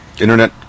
internet